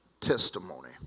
testimony